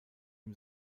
ihm